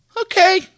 Okay